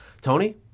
Tony